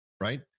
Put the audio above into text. right